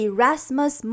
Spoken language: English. Erasmus